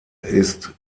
ist